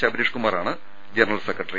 ശബരീഷ് കുമാ റാണ് general secretary